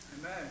Amen